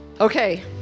Okay